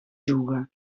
juga